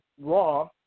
Raw